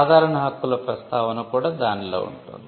సాధారణ హక్కుల ప్రస్తావన కూడా దానిలో ఉంటుంది